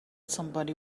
somebody